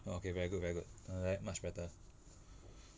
okay very good very good like that much better